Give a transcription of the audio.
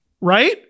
Right